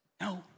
No